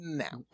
now